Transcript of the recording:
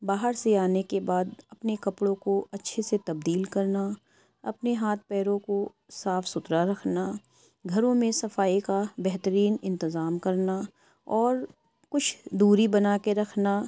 باہر سے آنے کے بعد اپنے کپڑوں کو اچھے سے تبدیل کرنا اپنے ہاتھ پیروں کو صاف ستھرا رکھنا گھروں میں صفائی کا بہترین انتظام کرنا اور کچھ دوری بنا کے رکھنا